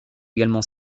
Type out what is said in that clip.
également